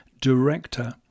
director